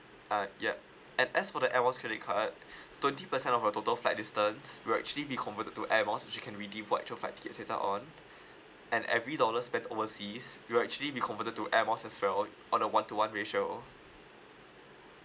uh yeah and as for the air miles credit card twenty percent of your total flight distance will actually be converted to air miles which you can redeem for actual flight tickets later on and every dollars spent overseas it will actually be converted to air miles as well on a one to one ratio